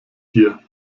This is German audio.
hier